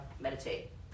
meditate